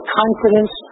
confidence